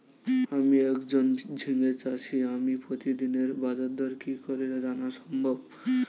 আমি একজন ঝিঙে চাষী আমি প্রতিদিনের বাজারদর কি করে জানা সম্ভব?